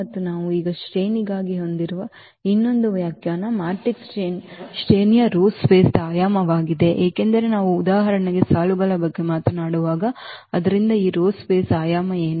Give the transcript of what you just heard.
ಮತ್ತು ನಾವು ಈಗ ಶ್ರೇಣಿಗಾಗಿ ಹೊಂದಿರುವ ಇನ್ನೊಂದು ವ್ಯಾಖ್ಯಾನ ಮ್ಯಾಟ್ರಿಕ್ಸ್ನ ಶ್ರೇಣಿಯು row space ದ ಆಯಾಮವಾಗಿದೆ ಏಕೆಂದರೆ ನಾವು ಉದಾಹರಣೆಗೆ ಸಾಲುಗಳ ಬಗ್ಗೆ ಮಾತನಾಡುವಾಗ ಆದ್ದರಿಂದ ಈ row space ದ ಆಯಾಮ ಏನು